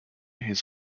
his